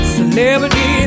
Celebrity